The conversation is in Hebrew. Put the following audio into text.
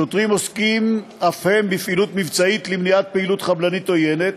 שוטרים עוסקים אף הם בפעילות מבצעית למניעת פעילות חבלנית עוינת,